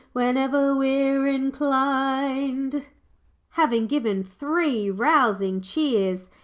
whenever we're inclined having given three rousing cheers,